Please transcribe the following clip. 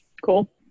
Cool